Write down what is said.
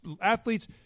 athletes